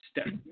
step